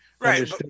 right